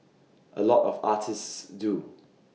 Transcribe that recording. A lot of artists do